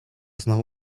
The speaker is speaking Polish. znowu